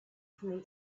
from